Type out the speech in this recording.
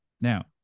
Now